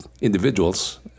individuals